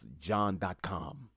john.com